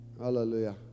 Hallelujah